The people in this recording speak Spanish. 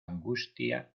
angustia